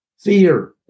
fear